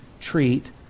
treat